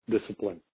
discipline